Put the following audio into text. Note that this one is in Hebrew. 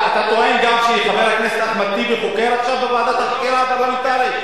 אתה טוען גם שחבר הכנסת אחמד טיבי חוקר עכשיו בוועדת החקירה הפרלמנטרית?